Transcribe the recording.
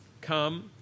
come